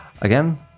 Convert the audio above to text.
Again